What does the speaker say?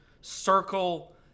circle